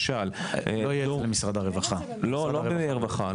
לא התכוונתי ממשרד הרווחה,